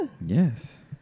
Yes